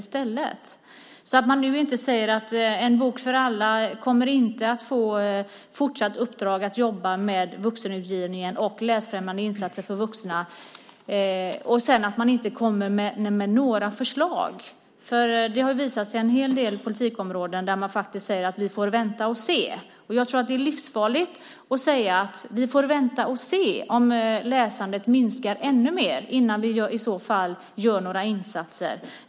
Jag hoppas att man nu inte säger att En bok för alla inte kommer att få fortsatt uppdrag att jobba med vuxenutgivningen och läsfrämjande insatser för vuxna och sedan inte kommer med några förslag. Det har ju visat sig på en hel del politikområden att man säger att vi får vänta och se. Jag tror att det är livsfarligt att säga att vi får vänta och se om läsandet minskar ännu mer innan vi gör några insatser.